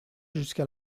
jusqu’à